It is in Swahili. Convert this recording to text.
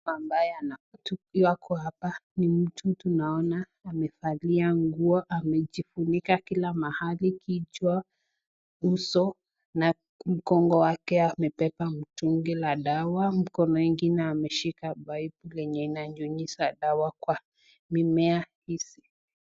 Ambaye anahutubia kwa hapa ni mtu naona amevalia nguo, amejifunika kila mahali kichwa uso na mgongo wake amemtungi la dawa, mkono ameshika pipe yenye inanyunyiza dawa kwa mimea hizi.